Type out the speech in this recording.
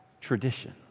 Tradition